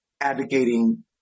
advocating